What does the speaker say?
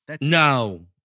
No